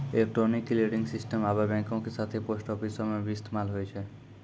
electronic clearing system आबे बैंको के साथे पोस्ट आफिसो मे भी इस्तेमाल होय छै